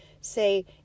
say